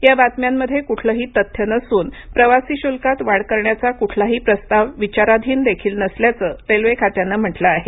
या बातम्यांमध्ये कुठलंही तथ्य नसून प्रवासी शुल्कात वाढ करण्याचा कुठलाही प्रस्ताव विचाराधीन देखील नसल्याचं रेल्वे खात्यानं म्हटलं आहे